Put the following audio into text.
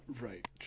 Right